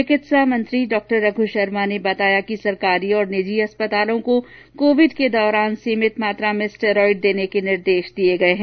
चिकित्सा मंत्री डॉ रघ् शर्मा ने बताया कि सरकारी और निजी अस्पतालों को कोविड़ के दौरान सीमित मात्रा में स्टेरॉइड देने केे निर्देश दिये गये हैं